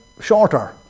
shorter